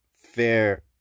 fair